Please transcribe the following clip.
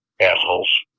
Assholes